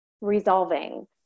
resolving